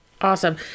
Awesome